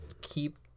keep